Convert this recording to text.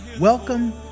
Welcome